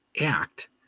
act